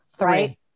right